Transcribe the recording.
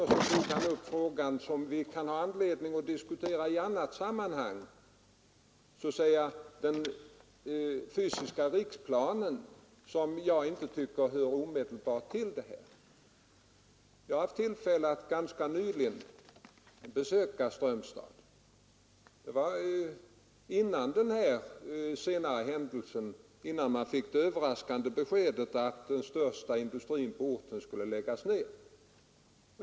Sedan tog han upp en fråga som vi kan ha anledning att diskutera i annat sammanhang, nämligen den fysiska riksplanen, som inte hör omedelbart ihop med denna fråga. Jag har ganska nyligen haft tillfälle att besöka Strömstad — det var innan man fick det överraskande beskedet att den största industrin på orten skulle läggas ner.